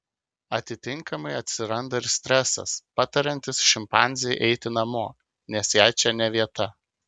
atitinkamai atsiranda ir stresas patariantis šimpanzei eiti namo nes jai čia ne vieta